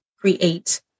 create